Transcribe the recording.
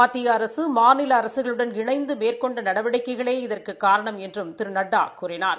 மத்திய அரசு மாநில அரசுகளுடன் இணைந்து மேற்கொண்ட நடவடிக்கைகளே இதற்குக் காரணம் என்றும் திரு நட்டா கூறினார்